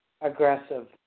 aggressive